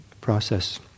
process